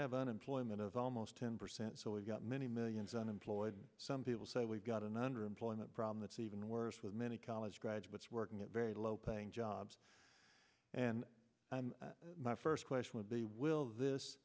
have unemployment of almost ten percent so we've got many millions unemployed and some people say we've got an under employment problem that's even worse with many college graduates working at very low paying jobs and i'm my first question would be will this